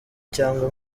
cyangwa